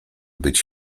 być